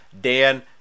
Dan